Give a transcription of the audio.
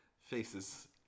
faces